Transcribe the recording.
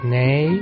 nay